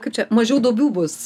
kaip čia mažiau duobių bus